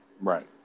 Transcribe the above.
Right